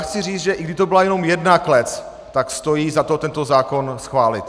Chci říct, že i kdyby to byla jenom jedna klec, tak stojí za to tento zákon schválit.